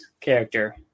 character